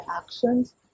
actions